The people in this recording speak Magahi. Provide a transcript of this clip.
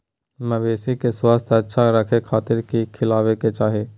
मवेसी के स्वास्थ्य अच्छा रखे खातिर की खिलावे के चाही?